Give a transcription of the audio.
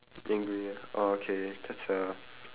angry ah oh okay that's a